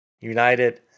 United